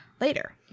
later